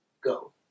Go